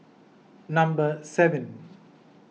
number seven